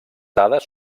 dades